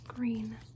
green